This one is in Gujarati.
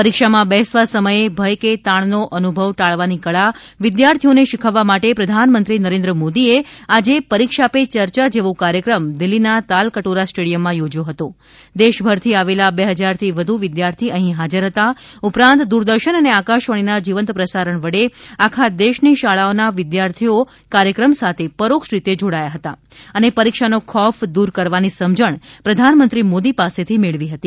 પરીક્ષામાં બેસવા સમયે ભય કે તાણ નો અનુભવ ટાળવાની કળા વિદ્યાર્થીઓને શીખવવા માટે પ્રધાનમંત્રી નરેન્દ્ર મોદી એ આજે પરીક્ષા પે ચર્ચા જેવો કાર્યક્રમ દિલ્લી ના તાલકટોરા સ્ટેડિયમ માં થોજ્યો હતો દેશભર થી આવેલા બે ફજારથી વધુ વિદ્યાર્થી અહી હાજર હતા ઉપરાંત દૂરદર્શન અને આકાશવાણી ના જીવંત પ્રસારણ વડે આખા દેશ ની શાળાઓના વિદ્યાર્થીઓ કાર્યક્રમ સાથે પરોક્ષરીતે જોડાયા હતા અને પરીક્ષા નો ખોફ દૂર કરવાની સમજણ પ્રધાનમંત્રી મોદી પાસે થી મેળવી હતી